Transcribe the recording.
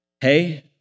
Hey